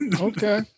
Okay